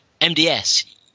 MDS